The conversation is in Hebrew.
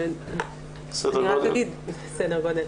סדר גודל?